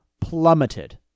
plummeted